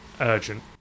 urgent